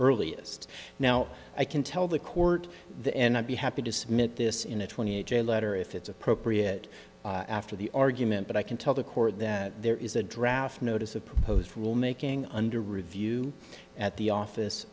earliest now i can tell the court the end i'd be happy to submit this in a twenty eight day letter if it's appropriate after the argument but i can tell the court that there is a draft notice of proposed rule making under review at the office